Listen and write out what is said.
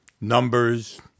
numbers